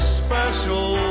special